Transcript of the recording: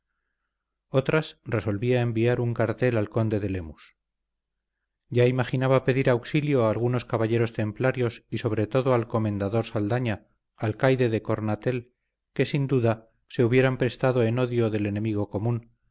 otras resolvía enviar un cartel al conde de lemus ya imaginaba pedir auxilio a algunos caballeros templarios y sobre todo al comendador saldaña alcaide de cornatel que sin duda se hubieran prestado en odio del enemigo común